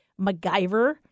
MacGyver